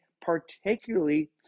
particularly